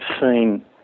seen